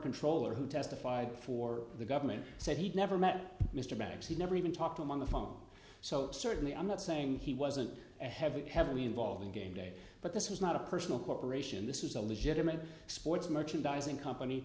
controller who testified for the government said he'd never met mr maddox he never even talked on the phone so certainly i'm not saying he wasn't a heavy heavily involved in game day but this was not a personal corporation this is a legitimate sports merchandising company